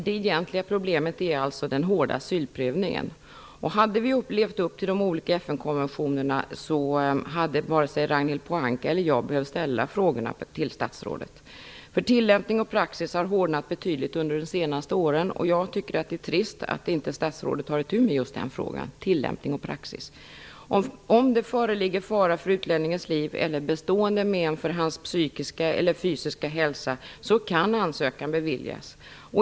Det egentliga problemet är alltså den hårda asylprövningen. Om vi hade levt upp till de olika FN konventionerna hade vare sig Ragnhild Pohanka eller jag behövt ställa dessa frågor till statsrådet. Tillämpning och praxis har hårdnat betydligt under de senaste åren. Jag tycker att det är trist att inte statsrådet tar itu med just frågan om tillämpning och praxis. Om det föreligger någon fara för utlänningens liv eller någon risk för bestående men för hans psykiska eller fysiska hälsa kan ansökan beviljas.